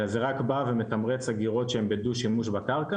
אלא זה רק בא ומתמרץ אגירות שהן בדו-שימוש בקרקע,